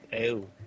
Ew